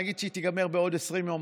נגיד שהיא תיגמר בעוד 20 יום,